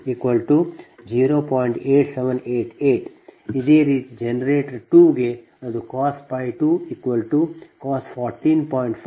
8788 ಇದೇ ರೀತಿ ಜನರೇಟರ್ 2 ಗೆ ಅದು cos 2 cos 14